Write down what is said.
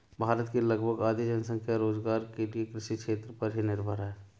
भारत की लगभग आधी जनसंख्या रोज़गार के लिये कृषि क्षेत्र पर ही निर्भर है